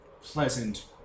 pleasant